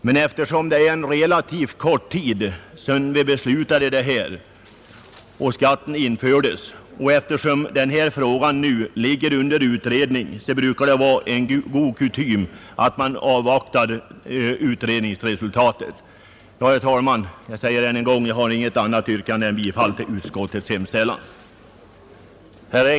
Men eftersom vi beslutade om och införde denna skatt för relativt kort tid sedan, och då frågan nu ligger under utredning och det är kutym att avvakta utredningars resultat, har jag nu som sagt inget annat yrkande än om bifall till utskottets hemställan.